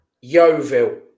Yeovil